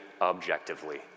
objectively